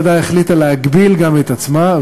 הוועדה החליטה להגביל גם את עצמה,